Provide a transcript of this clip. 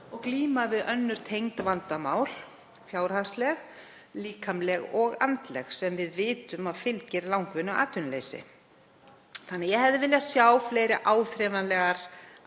og glíma við önnur tengd vandamál, fjárhagsleg, líkamleg og andleg, sem við vitum að fylgir langvinnu atvinnuleysi. Ég hefði því viljað sjá fleiri áþreifanlegar